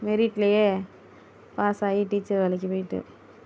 மெரிட்லியே pass ஆகி teacher வேலைக்கு போயிட்டு